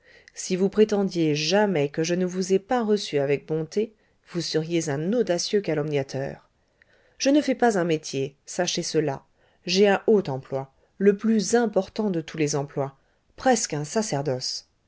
si vous prétendiez jamais que je ne vous ai pas reçu avec bonté vous seriez un audacieux calomniateur je ne fais pas un métier sachez cela j'ai un haut emploi le plus important de tous les emplois presque un sacerdoce